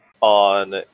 on